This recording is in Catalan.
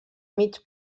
mig